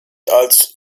als